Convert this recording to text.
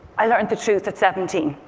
i learned the truth at seventeen.